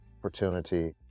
opportunity